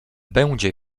będzie